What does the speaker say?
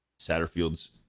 Satterfield's